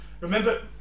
remember